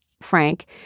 Frank